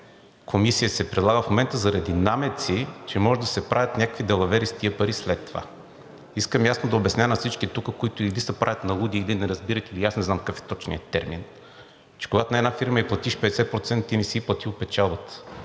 комисия се предлага в момента заради намеци, че може да се правят някакви далавери с тези пари след това. Искам ясно да обясня на всички тук, които или се правят на луди, или не разбират, или и аз не знам какъв е точният термин, че когато на една фирма ѝ платиш 50%, ти не си ѝ платил печалбата.